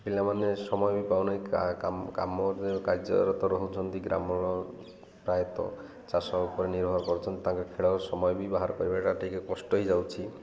ପିଲାମାନେ ସମୟ ବି ପାଉନାହିଁ କାମ କାର୍ଯ୍ୟରତ ରହୁଛନ୍ତି ଗ୍ରାମର ପ୍ରାୟତଃ ଚାଷ ଉପରେ ନିର୍ଭର କରୁଛନ୍ତି ତାଙ୍କ ଖେଳର ସମୟ ବି ବାହାର କରିବାଟା ଟିକେ କଷ୍ଟ ହେଇଯାଉଛି